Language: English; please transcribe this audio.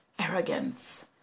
arrogance